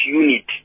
unit